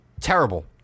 terrible